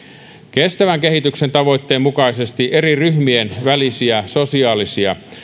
kestävän kehityksen tavoitteen mukaisesti eri ryhmien välisiä sosiaalisia